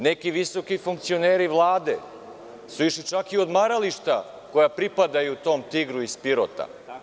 Neki visoki funkcioneri Vlade su išli čak i u odmarališta koja pripadaju tom „Tigru“ iz Pirota.